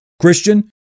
Christian